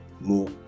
more